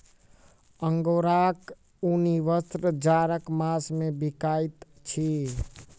अंगोराक ऊनी वस्त्र जाड़क मास मे बिकाइत अछि